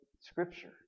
Scripture